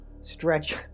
stretch